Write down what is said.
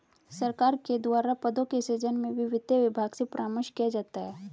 सरकार के द्वारा पदों के सृजन में भी वित्त विभाग से परामर्श किया जाता है